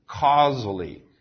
causally